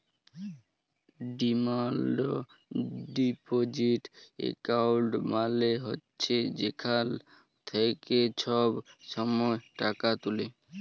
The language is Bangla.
ডিমাল্ড ডিপজিট একাউল্ট মালে হছে যেখাল থ্যাইকে ছব ছময় টাকা তুলে